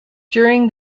during